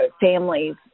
families